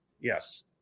Yes